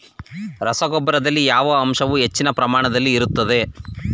ರಸಗೊಬ್ಬರದಲ್ಲಿ ಯಾವ ಅಂಶವು ಹೆಚ್ಚಿನ ಪ್ರಮಾಣದಲ್ಲಿ ಇರುತ್ತದೆ?